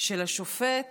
של השופט